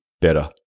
better